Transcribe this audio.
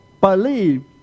believe